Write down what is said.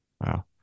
Wow